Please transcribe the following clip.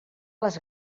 les